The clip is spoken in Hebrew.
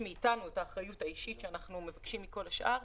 מאתנו את האחריות האישית שאנחנו מבקשים מכל השאר.